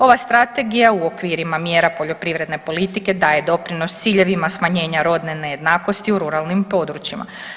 Ova strategija u okvirima mjera poljoprivredne politike daje doprinos ciljevima smanjenja rodne nejednakosti u ruralnim područjima.